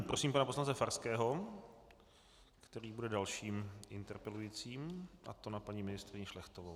Prosím pana poslance Farského, který bude dalším interpelujícím, a to na paní ministryni Šlechtovou.